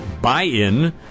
buy-in